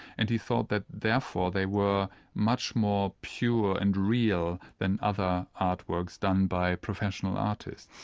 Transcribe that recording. and he thought that therefore they were much more pure and real than other artworks done by professional artists.